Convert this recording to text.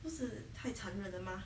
不是太残忍了吗